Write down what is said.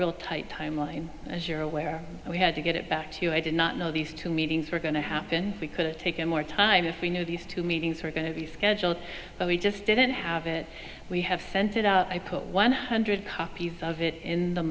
real tight timeline as you're aware we had to get it back to i did not know these two meetings were going to happen we could have taken more time if we knew these two meetings are going to be scheduled but we just didn't have it we have sent it out i put one hundred copies of it in the